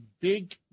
big